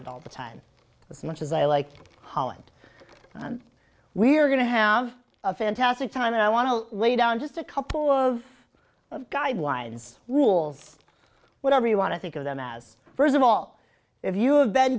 d all the times as much as i like holland and we're going to have a fantastic time and i want to lay down just a couple of guidelines rules whatever you want to think of them as first of all if you have be